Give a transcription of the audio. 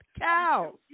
cows